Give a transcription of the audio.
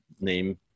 name